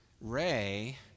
Ray